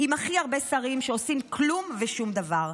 עם הכי הרבה שרים שעושים כלום ושום דבר,